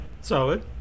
Solid